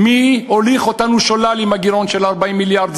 מי הוליך אותנו שולל עם הגירעון של 40 מיליארד.